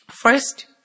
First